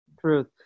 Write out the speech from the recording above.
Truth